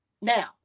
now